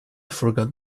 forgot